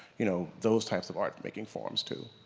you know, those types of art making forms too.